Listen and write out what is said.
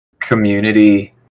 community